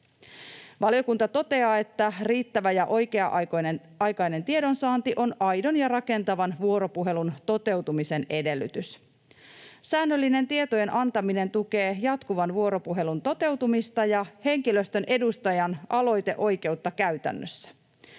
Valiokunta toteaa, että riittävä ja oikea-aikainen tiedonsaanti on aidon ja rakentavan vuoropuhelun toteutumisen edellytys. Säännöllinen tietojen antaminen tukee jatkuvan vuoropuhelun toteutumista ja henkilöstön edustajan aloiteoikeutta käytännössä.